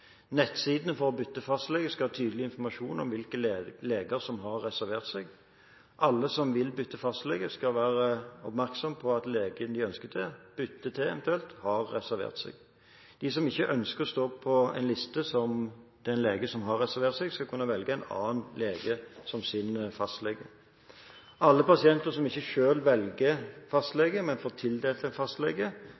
Nettsiden for bytte av fastlege skal ha tydelig informasjon om hvilke leger som har reservert seg. Alle som vil bytte fastlege, skal være oppmerksom på at legen de ønsker å bytte til, har reservert seg. De som ikke ønsker å stå på listen til leger som har reservert seg, skal kunne velge en annen lege som sin fastlege. Alle pasienter som ikke selv velger